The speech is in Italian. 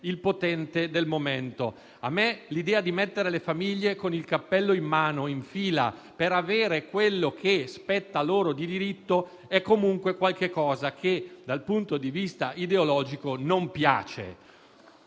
potente del momento. A me l'idea di mettere le famiglie con il cappello in mano in fila per avere quello che spetta loro di diritto è comunque qualche cosa che dal punto di vista ideologico non piace